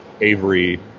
Avery